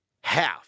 half